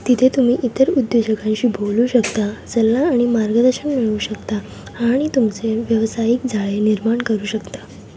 तिथे तुम्ही इतर उद्योजकांशी बोलू शकता सल्ला आणि मार्गदर्शन मिळवू शकता आणि तुमचे व्यावसायिक जाळे निर्माण करू शकता